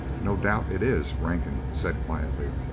no doubt it is, rankin said quietly.